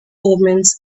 omens